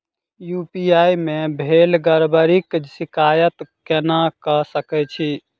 UPI मे भेल गड़बड़ीक शिकायत केना कऽ सकैत छी?